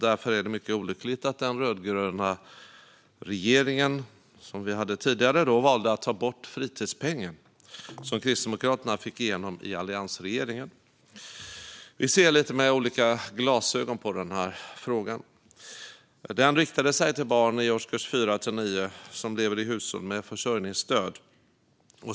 Därför är det mycket olyckligt att den rödgröna regering som vi hade tidigare valde att ta bort fritidspengen som Kristdemokraterna fick igenom i alliansregeringen. Vi ser med lite olika glasögon på den här frågan. Fritidspengen riktade sig till barn i årskurs 4-9 som lever i hushåll med försörjningsstöd.